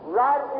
right